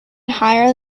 higher